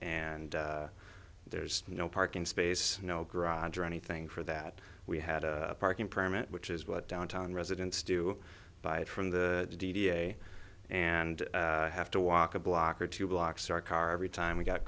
and there's no parking space no garage or anything for that we had a parking permit which is what downtown residents do buy from the d d a and have to walk a block or two blocks our car every time we got